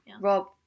Rob